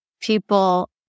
people